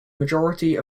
majority